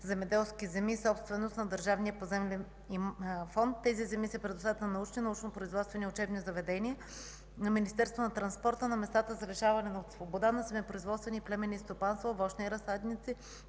земеделски земи – собственост на Държавния поземлен фонд. Тези земи се предоставят на научни, научно – производствени и учебни заведения, на Министерството на транспорта, на местата за лишаване от свобода, на семепроизводствени и племенни стопанства, овощни разсадници,